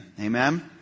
Amen